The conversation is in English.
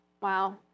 Wow